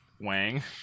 wang